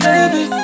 baby